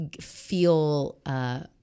feel